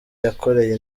yakoreye